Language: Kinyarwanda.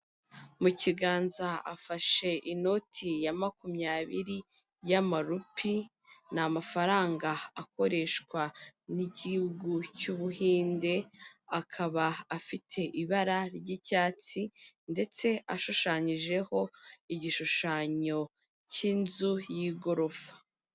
Mu kiganza afashe inoti ya makumyabiri y'amarupi, ni amafaranga akoreshwa n'igihugu cy'Ubuhinde, akaba afite ibara ry'icyatsi ndetse ashushanyijeho igishushanyo cy'inzu y'igorofa.